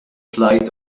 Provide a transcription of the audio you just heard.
flight